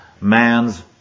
man's